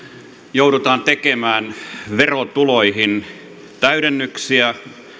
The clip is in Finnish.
joudutaan tekemään verotuloihin täydennyksiä